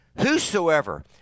Whosoever